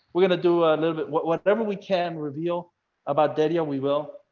we're gonna do a little bit whatever we can reveal about deadia we will.